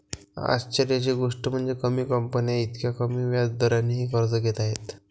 आश्चर्याची गोष्ट म्हणजे, कमी कंपन्या इतक्या कमी व्याज दरानेही कर्ज घेत आहेत